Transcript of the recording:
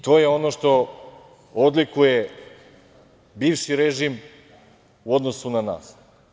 To je ono što odlikuje bivši režim u odnosu na nas.